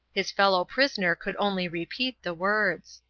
his fellow-prisoner could only repeat the words.